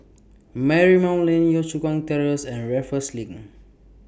Marymount Lane Yio Chu Kang Terrace and Raffles LINK